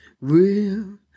real